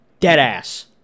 Deadass